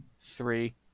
three